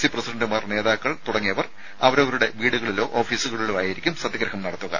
C പ്രസിഡന്റുമാർ നേതാക്കൾ എന്നിവർ അവരവരുടെ വീടുകളിലോ ഓഫീസുകളിലോ ആയിരിക്കും സത്യഗ്രഹം നടത്തുക